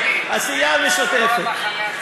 יושב-ראש המחנה הציוני.